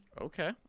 Okay